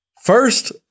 first